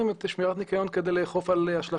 תבדיל בין חוק הגנת הבר וחוק הגנים הלאומיים